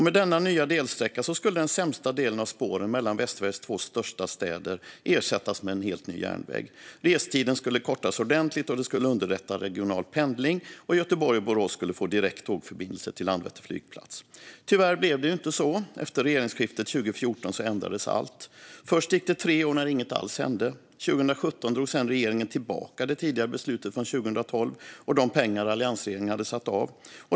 Med denna nya delsträcka skulle den sämsta delen av spåren mellan Västsveriges två största städer ersättas med en helt ny järnväg. Restiden skulle kortas ordentligt, regional pendling skulle underlättas och Göteborg och Borås skulle få direkt tågförbindelse till Landvetter flygplats. Tyvärr blev det inte så. Efter regeringsskiftet 2014 ändrades allt. Först gick det tre år när inget alls hände. År 2017 drog sedan regeringen tillbaka det tidigare beslutet från 2012 och de pengar alliansregeringen hade satt av.